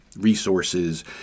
resources